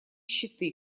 щиты